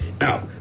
Now